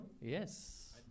Yes